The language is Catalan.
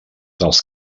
dels